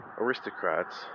aristocrats